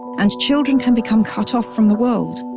and children can become cut off from the world.